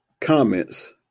comments